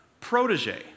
protege